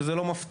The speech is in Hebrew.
שזה לא מפתיע.